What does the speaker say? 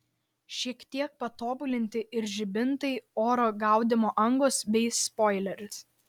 šiek tiek patobulinti ir žibintai oro gaudymo angos bei spoileris